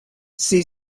she